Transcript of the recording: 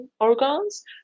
organs